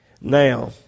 Now